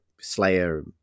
Slayer